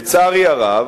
לצערי הרב,